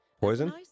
poison